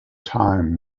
time